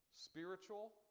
spiritual